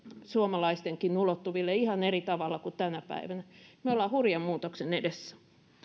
suomalaistenkin ulottuville ihan eri tavalla kuin tänä päivänä me olemme hurjan muutoksen edessä